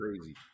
crazy